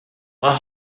are